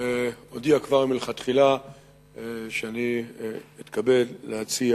אודיע כבר מלכתחילה שאני אתכבד להציע